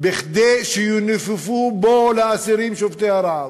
כדי שינופפו בו לאסירים שובתי הרעב.